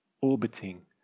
orbiting